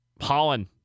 Holland